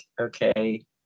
okay